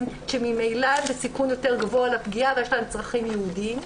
שממילא בסיכון יותר גבוה לפגיעה ויש להם צרכים ייחודיים.